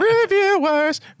Reviewers